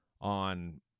on